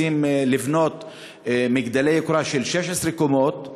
רוצים לבנות מגדלי יוקרה של 16 קומות,